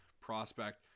prospect